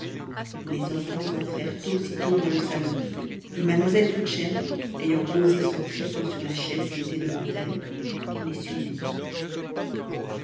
les enfants entrèrent aussitôt dans le salon et mademoiselle trudchen ayant posé son tricot sur la chaise qui était devant elle les suivit